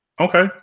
okay